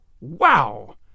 Wow